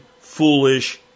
foolish